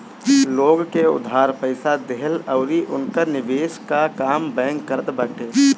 लोग के उधार पईसा देहला अउरी उनकर निवेश कअ काम बैंक करत बाटे